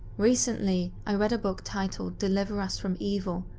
recently, i read a book titled deliver us from evil,